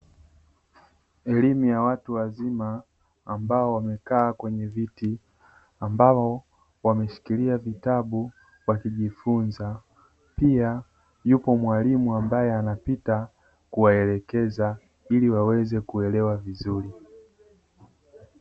Elimu ya watu wazima ambao wamekaa kwenye viti, ambao wameshikilia vitabu wakijifunza, pia yupo mwalimu ambaye anapita kuwaelekeza ili waweze kuelewa vizuri.